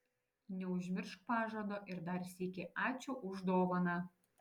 neužmiršk pažado ir dar sykį ačiū už dovaną